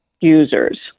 users